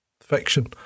fiction